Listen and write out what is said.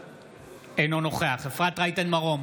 אינו נוכח אפרת רייטן מרום,